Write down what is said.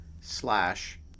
slash